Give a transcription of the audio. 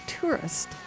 tourist